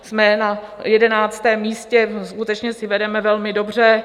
Jsme na 11. místě, skutečně si vedeme velmi dobře.